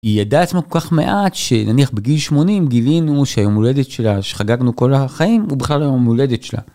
היא ידעה עצמה כל כך מעט שנניח בגיל 80 גילינו שהיום הולדת שלה שחגגנו כל החיים הוא בכלל לא היום הולדת שלה.